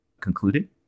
concluded